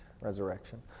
resurrection